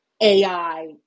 AI